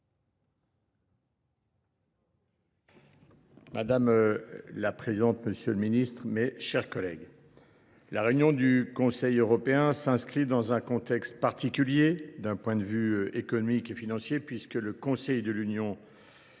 Madame la présidente, monsieur le ministre, mes chers collègues, la prochaine réunion du Conseil européen s’inscrit dans un contexte particulier d’un point de vue économique et financier, puisque le Conseil de l’Union européenne